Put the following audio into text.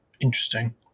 Interesting